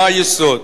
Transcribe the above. מה היסוד?